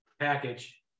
package